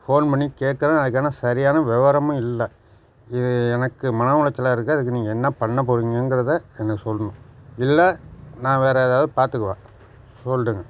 phone பண்ணி கேட்குறேன் அதுக்கான சரியான விவரமும் இல்லை இது எனக்கு மன உளைச்சலாக இருக்குது அதுக்கு நீங்கள் என்ன பண்ண போறீங்கங்கறதை எனக்கு சொல்லணும் இல்லை நான் வேற ஏதாவது பார்த்துக்குவேன் சொல்லிடுங்க